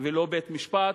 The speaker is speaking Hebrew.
ולא בית-משפט.